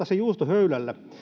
se juustohöylällä